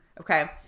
okay